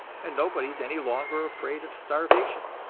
and nobody is any longer afraid of starvation.